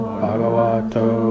Bhagavato